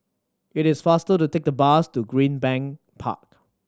it is faster to take the bus to Greenbank Park